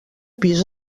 pis